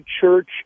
church